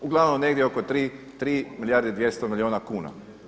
Uglavnom negdje oko 3 milijarde i 200 milijuna kuna.